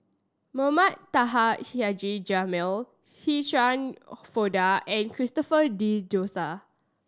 Mohamed Taha Haji Jamil Shirin Fozdar and Christopher De Souza